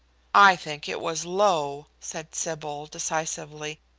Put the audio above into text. i think it was low, said sybil, decisively.